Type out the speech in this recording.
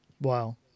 wow